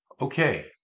okay